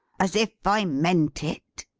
as if i meant it?